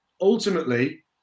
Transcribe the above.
ultimately